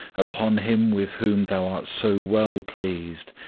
upon him with whom thou art so well pleased,